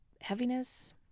heaviness